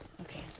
Okay